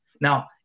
Now